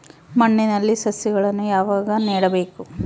ಮಣ್ಣಿನಲ್ಲಿ ಸಸಿಗಳನ್ನು ಯಾವಾಗ ನೆಡಬೇಕು?